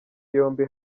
yombi